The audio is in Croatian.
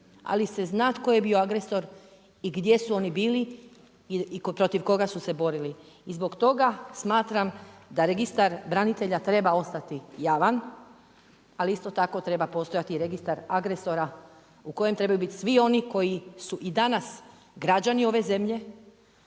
ali se zna tko je bio agresor i gdje su oni bili i protiv koga su se borili. I zbog toga smatram da registar branitelja treba ostati javan, ali isto tako treba postojati registar agresora, u kojem trebaju biti svi oni koji su i danas građani ove zemlje,